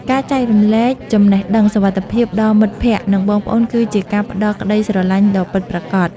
ការចែករំលែកចំណេះដឹងសុវត្ថិភាពដល់មិត្តភក្តិ និងបងប្អូនគឺជាការផ្តល់ក្តីស្រឡាញ់ដ៏ពិតប្រាកដ។